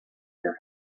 your